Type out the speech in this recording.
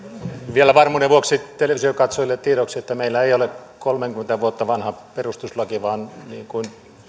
vielä varmuuden vuoksi televisionkatsojille tiedoksi että meillä ei ole kolmeakymmentä vuotta vanha perustuslaki vaan niin kuin